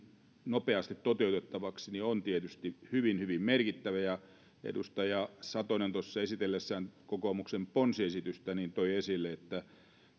nopeasti toteutettavaksi on tietysti hyvin hyvin merkittävä edustaja satonen tuossa esitellessään kokoomuksen ponsiesitystä toi esille